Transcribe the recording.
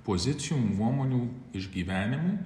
pozicijų nuomonių išgyvenimų